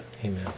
Amen